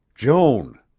joan.